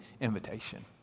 invitation